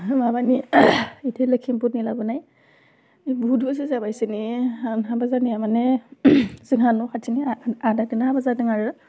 माबानि इथि लक्षिमपुिरनि लाबोनाय बहुथ बैसो जाबाय इसोरनि हाबा जानाया मानि जोंहा न' खाथिनि आ आदाखौनो हाबा जादों आरो